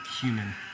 human